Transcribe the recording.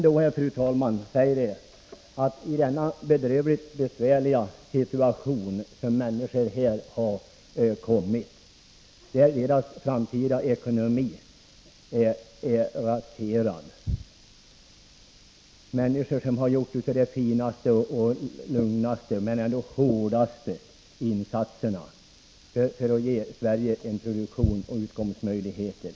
Det är en bedrövlig och besvärlig situation som människor här har hamnat i. Deras framtida ekonomi är raserad. Det gäller människor som har gjort de finaste och lugnaste men ändå hårdaste insatserna för att ge Sverige en produktion och utkomstmöjligheter.